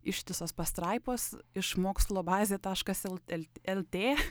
ištisos pastraipos iš mokslo bazė taškas l lt lt